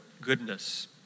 goodness